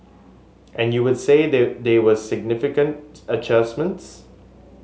and would you say they they were significant adjustments